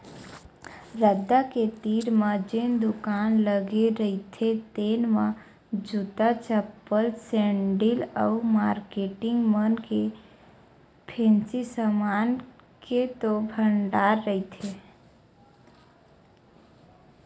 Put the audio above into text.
रद्दा के तीर म जेन दुकान लगे रहिथे तेन म जूता, चप्पल, सेंडिल अउ मारकेटिंग मन के फेंसी समान के तो भरमार रहिथे